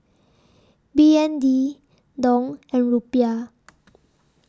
B N D Dong and Rupiah